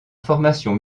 formation